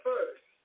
First